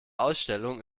ausstellung